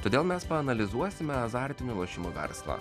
todėl mes paanalizuosime azartinių lošimų verslą